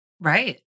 Right